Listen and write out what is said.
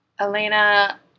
Elena